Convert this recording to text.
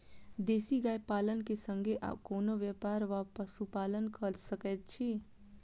देसी गाय पालन केँ संगे आ कोनों व्यापार वा पशुपालन कऽ सकैत छी?